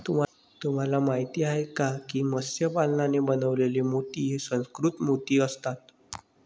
तुम्हाला माहिती आहे का की मत्स्य पालनाने बनवलेले मोती हे सुसंस्कृत मोती असतात